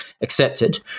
accepted